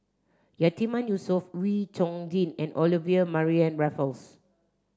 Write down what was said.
Yatiman Yusof Wee Chong Jin and Olivia Mariamne Raffles